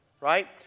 Right